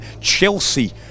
Chelsea